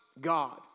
God